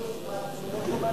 לא מכובד?